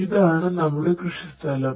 ഇതാണ് നമ്മുടെ കൃഷിസ്ഥലം